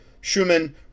Schumann